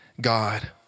God